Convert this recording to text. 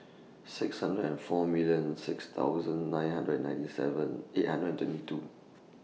six hundred and four million six thousand nine hundred and ninety seven eight hundred and twenty two